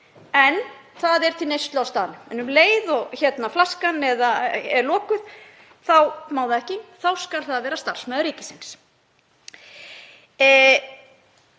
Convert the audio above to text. en það er til neyslu á staðnum. En um leið og flaskan er lokuð þá má það ekki. Þá skal það vera starfsmaður ríkisins.